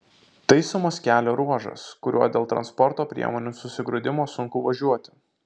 taisomas kelio ruožas kuriuo dėl transporto priemonių susigrūdimo sunku važiuoti